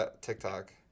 TikTok